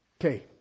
Okay